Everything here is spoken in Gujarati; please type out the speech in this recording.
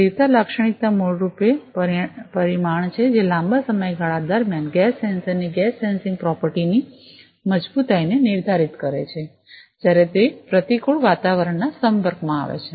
સ્થિરતા લાક્ષણિકતા મૂળભૂત રૂપે પરિમાણ છે જે લાંબા સમયગાળા દરમિયાન ગેસ સેન્સર ની ગેસ સેન્સિંગ પ્રોપર્ટી ની મજબૂતાઈને નિર્ધારિત કરે છે જ્યારે તે પ્રતિકૂળ વાતાવરણના સંપર્કમાં આવે છે